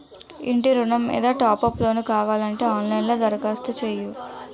ఇంటి ఋణం మీద టాప్ అప్ లోను కావాలంటే ఆన్ లైన్ లో దరఖాస్తు చెయ్యు